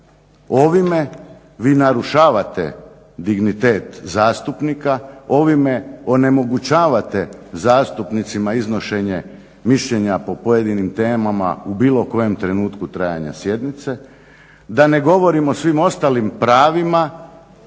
Ovime vi narušavate dignitet zastupnika, ovime onemogućavate zastupnicima iznošenje mišljenja po pojedinim temama u bilo kojem trenutku trajanja sjednice, da ne govorim o svim ostalim pravima